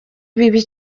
bibi